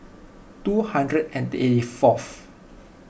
two hundred and eighty fourth